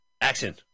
Action